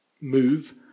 move